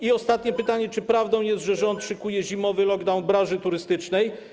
I ostatnie pytanie: Czy prawdą jest, że rząd szykuje zimowy lockdown branży turystycznej?